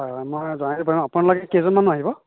হয় মই আপোনালোকে কেইজন মানুহ আহিব